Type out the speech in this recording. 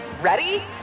Ready